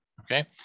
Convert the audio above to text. Okay